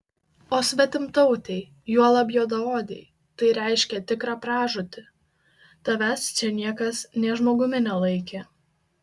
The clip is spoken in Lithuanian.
o svetimtautei juolab juodaodei tai reiškė tikrą pražūtį tavęs čia niekas nė žmogumi nelaikė